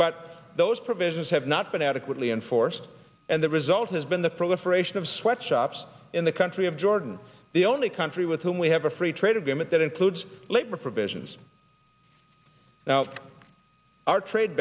but those provisions have not been adequately enforced and the result has been the proliferation of sweatshops in the country of jordan the only country with whom we have a free trade agreement that includes labor provisions now our trade